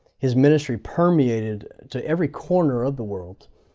his ministry permeated to every corner of the world.